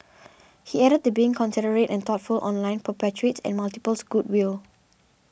he added that being considerate and thoughtful online perpetuates and multiples goodwill